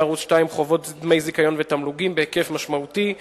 ערוץ-2 חובות דמי זיכיון ותמלוגים בהיקף משמעותי.